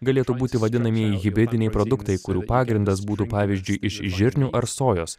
galėtų būti vadinamieji hibridiniai produktai kurių pagrindas būtų pavyzdžiui iš žirnių ar sojos